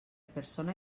persona